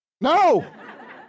No